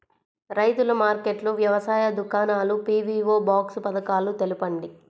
రైతుల మార్కెట్లు, వ్యవసాయ దుకాణాలు, పీ.వీ.ఓ బాక్స్ పథకాలు తెలుపండి?